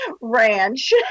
ranch